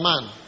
man